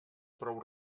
prou